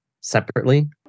separately